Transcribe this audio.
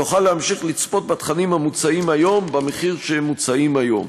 יוכל להמשיך ולצפות בתכנים המוצעים היום במחיר שהם מוצעים היום.